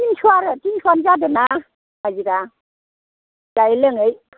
थिनस' आरो थिनसआनो जादोंना हाजिरा जायै लोङै